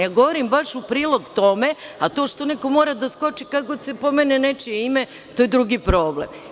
Ja govorim baš u prilog tome, a to što neko mora da skoči kad god se pomene nečije ime, to je drugi problem.